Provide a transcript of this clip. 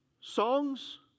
Songs